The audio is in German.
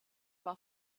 war